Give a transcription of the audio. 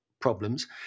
problems